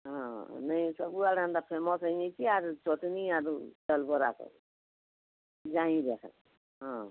ହଁ ନେଇଁ ସବୁଆଡ଼େ ହେନ୍ତା ଫେମସ୍ ହେଇଯାଇସି ଆର୍ ଚଟ୍ନୀ ଆରୁ ଚାଉଲ୍ ବରା ସବୁ ହଁ